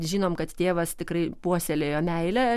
žinom kad tėvas tikrai puoselėjo meilę